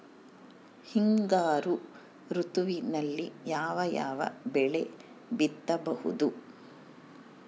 ಹಿಂಗಾರು ಋತುವಿನಲ್ಲಿ ಯಾವ ಯಾವ ಬೆಳೆ ಬಿತ್ತಬಹುದು?